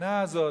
המדינה הזאת.